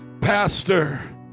Pastor